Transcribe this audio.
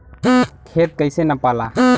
खेत कैसे नपाला?